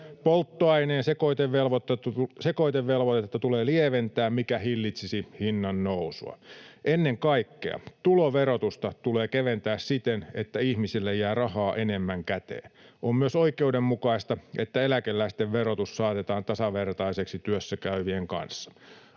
Polttoaineen sekoitevelvoitetta tulee lieventää, mikä hillitsisi hinnan nousua. Ennen kaikkea tuloverotusta tulee keventää siten, että ihmisille jää rahaa enemmän käteen. On myös oikeudenmukaista, että eläkeläisten verotus saatetaan tasavertaiseksi työssäkäyvien kanssa.